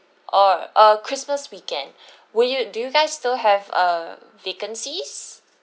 or uh christmas weekend will you do you guys still have uh vacancies